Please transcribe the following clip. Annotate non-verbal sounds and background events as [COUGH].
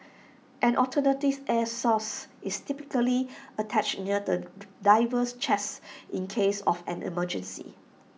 an alternative air source is typically attached near the [UNINTELLIGIBLE] diver's chest in case of an emergency